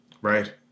Right